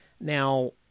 Now